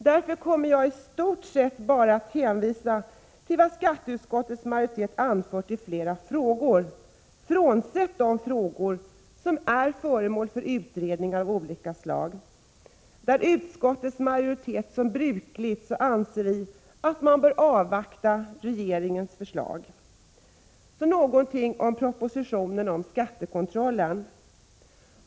Därför kommer jag i stort sett bara att hänvisa till vad skatteutskottets majoritet anfört i flera frågor, frånsett de frågor som är föremål för utredningar av olika slag, där utskottets majoritet anser att man som brukligt bör avvakta regeringens förslag. Så något om propositionen om skattekontrollen.